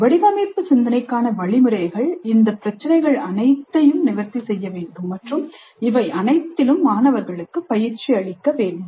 வடிவமைப்பு சிந்தனைக்கான வழிமுறைகள் இந்த பிரச்சினைகள் அனைத்தையும் நிவர்த்தி செய்ய வேண்டும் மற்றும் இவை அனைத்திலும் மாணவர்களுக்கு பயிற்சி அளிக்க வேண்டும்